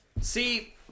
See